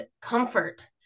comfort